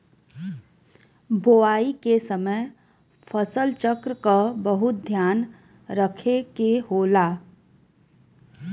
बोवाई के समय फसल चक्र क बहुत ध्यान रखे के होला